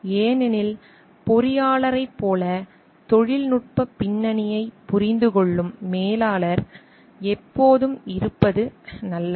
ஏனெனில் பொறியாளரைப் போல தொழில்நுட்பப் பின்னணியைப் புரிந்துகொள்ளும் மேலாளர் எப்போதும் இருப்பது நல்லது